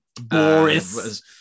Boris